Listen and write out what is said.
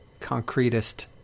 concretist